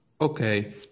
Okay